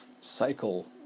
cycle